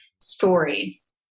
stories